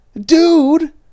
Dude